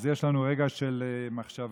אז יש לנו רגע של מחשבה.